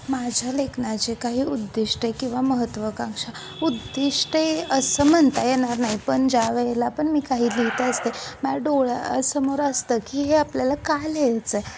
माझ्या लेखनाचे काही उद्दिष्ट किंवा महत्त्वाकांक्षा उद्दिष्ट आहे असं म्हणता येणार नाही पण ज्या वेळेला पण मी काही लिहीत असते माझ्या डोळ्यासमोर असतं की हे आपल्याला का लिहायचं आहे